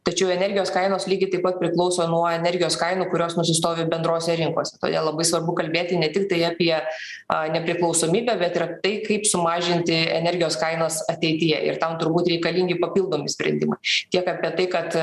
tačiau energijos kainos lygiai taip pat priklauso nuo energijos kainų kurios nusistovi bendrose rinkose todėl labai svarbu kalbėti ne tiktai apie a nepriklausomybę bet ir apie tai kaip sumažinti energijos kainos ateityje ir tam turbūt reikalingi papildomi sprendimai šitiek apie tai kad